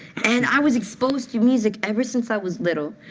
and i was exposed to music ever since i was little.